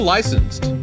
Licensed